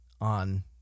on